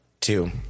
two